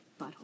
Butthole